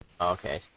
Okay